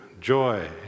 joy